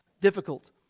Difficult